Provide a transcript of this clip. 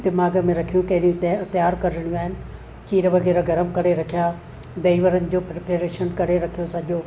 दिमाग़ में रखियूं कहिड़ी तया तयारु करणियूं आहिनि खीरु वग़ैरह गरम करे रखिया दही वड़नि जो प्रिपेरेशन करे रखियो सॼो